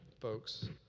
folks